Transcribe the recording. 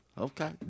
Okay